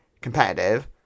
competitive